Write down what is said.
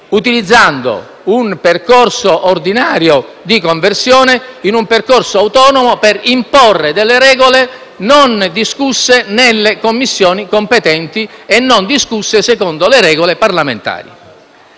utilizzando un percorso ordinario di conversione in un percorso autonomo per imporre delle regole non discusse nelle Commissioni competenti e non discusse secondo le regole parlamentari.